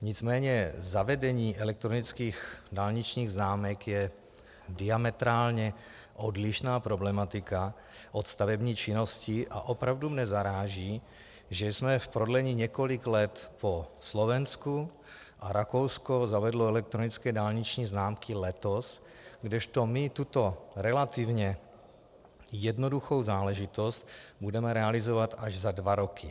Nicméně zavedení elektronických dálničních známek je diametrálně odlišná problematika od stavební činnosti a opravdu mě zaráží, že jsme v prodlení několik let po Slovensku, a Rakousko zavedlo elektronické dálniční známky letos, kdežto my tuto relativně jednoduchou záležitost budeme realizovat až za dva roky.